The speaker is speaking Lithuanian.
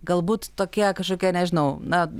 galbūt tokie kažkokie nežinau na